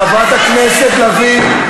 (חברת הכנסת מירב בן ארי יוצאת מאולם המליאה.) חברת הכנסת לביא,